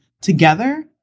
together